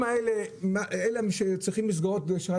משרד האוצר,